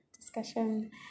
discussion